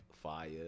fire